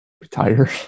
Retire